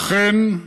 אכן,